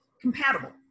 compatible